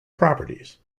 properties